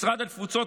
משרד התפוצות,